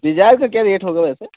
Dzire का क्या rate होगा वैसे